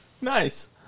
Nice